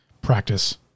practice